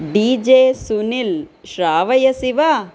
D J Sunil श्रावयसि वा